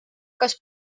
kas